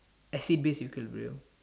acid base equilibrium